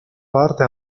parte